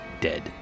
dead